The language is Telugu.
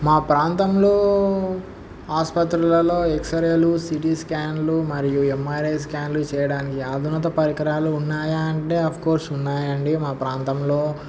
మా ప్రాంతంలో ఆసుపత్రులలో ఎక్స్ రేలు సీ టీ స్కాన్లు మరియు ఎం ఆర్ ఐ స్కాన్లు చేయడానికి ఆధునాతన పరికరాలు ఉన్నాయా అంటే అఫ్ కోర్స్ ఉన్నాయండి మా ప్రాంతంలో